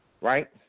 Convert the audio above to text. Right